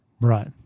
Right